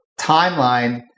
timeline